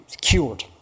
cured